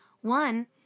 One